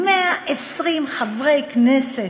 120 חברי הכנסת,